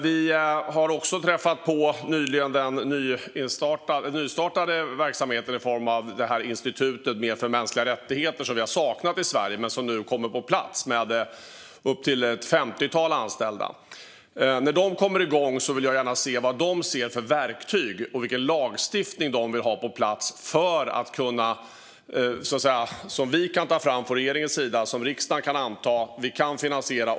Jag har också nyligen träffat representanter för den nystartade verksamheten Institutet för mänskliga rättigheter. Det är någonting som vi har saknat i Sverige men som nu kommer på plats med uppemot ett femtiotal anställda. När de kommer igång vill jag gärna se vad de vill ha för verktyg och vilken lagstiftning som de vill att regeringen ska ta fram och som riksdagen kan anta med finansiering.